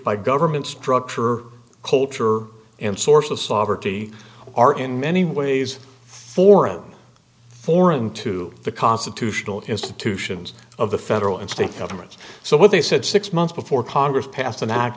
by government structure or culture and source of sovereignty are in many ways foreign foreign to the constitutional institutions of the federal and state governments so what they said six months before congress pass